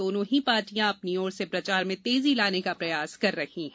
दोनों ही पार्टियां अपनी ओर से प्रचार में तेजी लाने का प्रयास कर रही हैं